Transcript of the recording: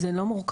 זה לא מורכב.